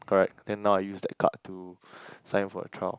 correct then now I use that card to sign up for a trial